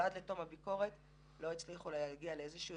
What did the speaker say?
עד לתום הביקורת לא הצליחו להגיע לאיזה שהוא